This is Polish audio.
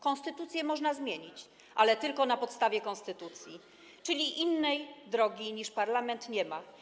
Konstytucję można zmienić, ale tylko na podstawie konstytucji, czyli innej drogi niż parlament nie ma.